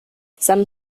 some